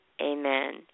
Amen